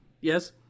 Yes